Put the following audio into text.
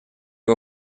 его